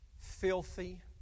filthy